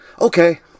Okay